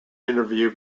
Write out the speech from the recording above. interview